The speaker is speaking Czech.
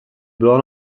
byla